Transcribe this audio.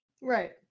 Right